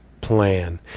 plan